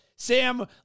Sam